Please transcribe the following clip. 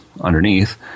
underneath